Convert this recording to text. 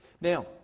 Now